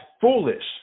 foolish